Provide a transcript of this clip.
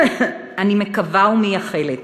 אני מקווה ומייחלת